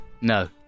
No